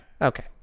okay